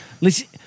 Listen